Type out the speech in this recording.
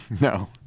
No